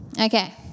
Okay